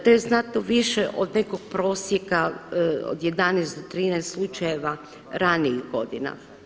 To je znatno više od nekog prosjeka od 11 do 13 slučajeva ranijih godina.